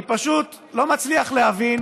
אני פשוט לא מצליח להבין